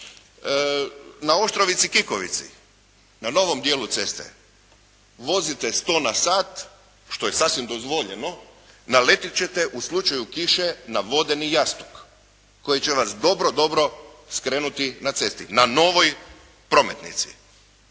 Na Oštrovici-Kikovici, na novom dijelu ceste vozite 100 na sat što je sasvim dozvoljeno naletjet ćete u slučaju kiše na vodeni jastuk koji će vas dobro, dobro skrenuti na cestu, na novoj prometnici.